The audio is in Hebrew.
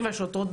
כב"ה והפרויקטור,